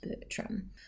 Bertram